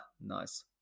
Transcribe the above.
Nice